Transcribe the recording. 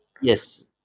Yes